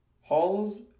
Hall's